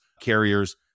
carriers